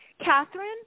Catherine